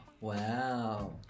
Wow